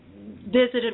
visited